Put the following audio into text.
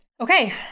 okay